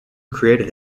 created